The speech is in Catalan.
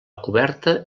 coberta